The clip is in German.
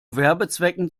werbezwecken